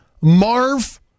Marv